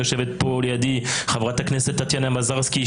יושבת פה לידי חברת הכנסת טטיאנה מזרסקי,